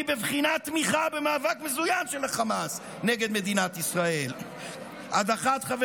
היא בבחינת תמיכה במאבק מזוין של החמאס נגד מדינת ישראל"; "הדחת חבר